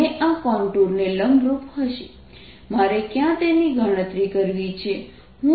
મારે ક્યાં તેની ગણતરી કરવી છે